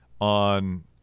on